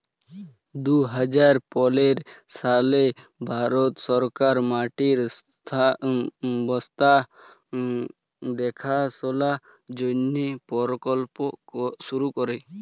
দু হাজার পলের সালে ভারত সরকার মাটির স্বাস্থ্য দ্যাখাশলার জ্যনহে পরকল্প শুরু ক্যরে